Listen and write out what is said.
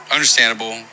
understandable